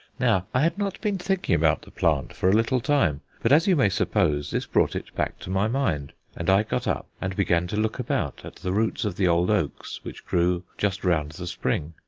now i had not been thinking about the plant for a little time but, as you may suppose, this brought it back to my mind and i got up and began to look about at the roots of the old oaks which grew just round the spring.